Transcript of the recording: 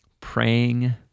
praying